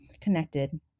connected